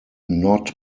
not